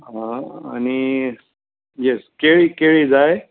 आं आनी येस केळीं केळीं जाय